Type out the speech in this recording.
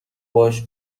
باهاش